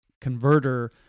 converter